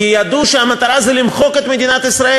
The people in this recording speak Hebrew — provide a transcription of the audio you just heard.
כי ידעו שהמטרה זה למחוק את מדינת ישראל.